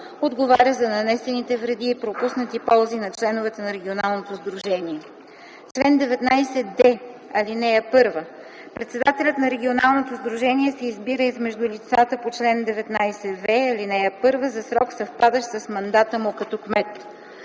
отговаря за нанесените вреди и пропуснати ползи на членовете на регионалното сдружение. Чл. 19д. (1) Председателят на регионалното сдружение се избира измежду лицата по чл. 19в, ал. 1 за срок, съвпадащ с мандата му като кмет.